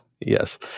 Yes